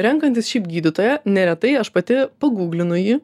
renkantis šiaip gydytoją neretai aš pati paguglinu jį